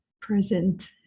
present